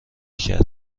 کرد